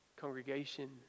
congregation